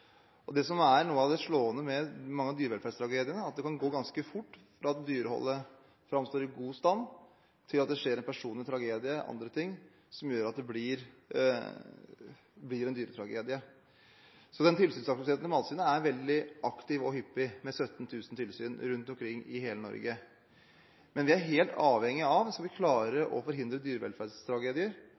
Det som er noe av det slående med mange av dyrevelferdstragediene, er at det kan gå ganske fort fra at dyreholdet framstår i god stand til at det skjer en personlig tragedie eller andre ting som gjør at det blir en dyretragedie. Mattilsynets tilsynsaktivitet er veldig aktiv og hyppig – med 17 000 tilsyn rundt omkring i hele Norge – men skal vi klare å forhindre dyrevelferdstragedier, er vi helt avhengige av at vi